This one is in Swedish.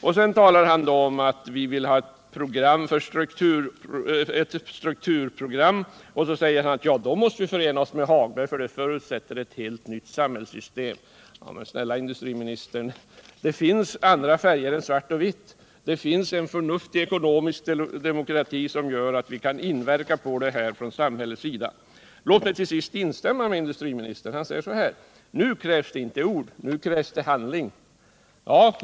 Om vi skall ha ett strukturprogram, säger industriministern sedan, måste vi förena oss med Lars-Ove Hagberg, eftersom detta förutsätter ett helt nytt samhällssystem. Snälla industriministern, det finns andra färger än svart och vitt. Det finns en förnuftig ekonomisk politik som gör att samhället kan inverka på det här. Till sist vill jag instämma när industriministern sade att det nu inte krävs ord utan handling.